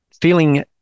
feeling